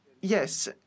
Yes